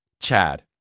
chad